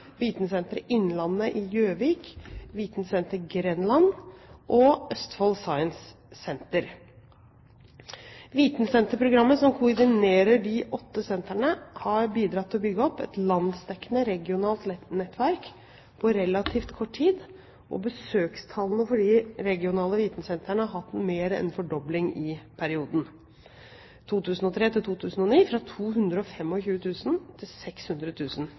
Vitensenteret Innlandet i Gjøvik, Vitenlaben i Grenland og Science Center Østfold. Vitensenterprogrammet, som koordinerer de åtte sentrene, har bidratt til å bygge opp et landsdekkende regionalt nettverk på relativt kort tid, og besøkstallene for de regionale vitensentrene har hatt mer enn en fordobling i perioden 2003–2009, fra 225 000 til 600 000 besøkende. Flere av sentrene har ikke fått ferdigstilt egne bygg til